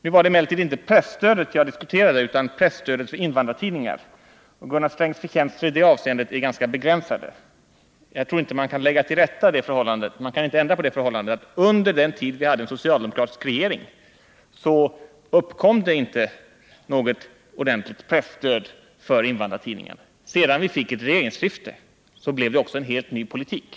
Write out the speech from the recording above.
Nu var det emellertid inte presstödet i allmänhet jag diskuterade utan presstödet för invandrartidningar, och Gunnar Strängs förtjänster i det avseendet är ganska begränsade. Jag tror inte man kan ändra på det förhållandet att under den tid vi hade socialdemokratisk regering uppkom det inte något ordentligt presstöd till invandrartidningar. Sedan vi fick ett regeringsskifte blev det däremot en helt ny politik.